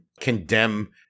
condemn